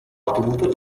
ottenuto